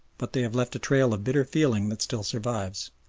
but they have left a trail of bitter feeling that still survives.